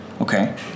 Okay